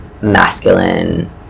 masculine